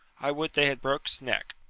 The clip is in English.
i would they had broke's neck.